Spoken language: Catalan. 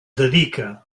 dedica